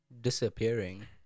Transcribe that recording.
disappearing